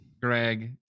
Greg